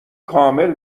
کامل